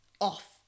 off